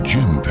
Jim